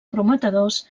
prometedors